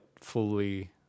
fully